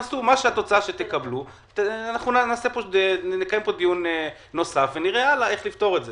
התוצאה שתקבלו אנחנו נקיים פה דיון נוסף ונראה הלאה איך לפתור את זה,